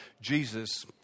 Jesus